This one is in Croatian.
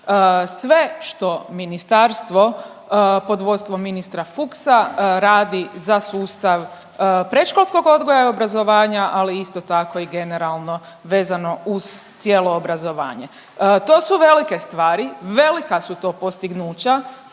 sve što ministarstvo pod vodstvom ministra Fuchsa radi za sustav predškolskog odgoja i obrazovanja, ali isto tako i generalno vezano uz cijelo obrazovanje. To su velike stvari, velika su to postignuća,